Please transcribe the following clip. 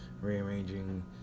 rearranging